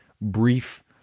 brief